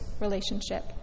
relationship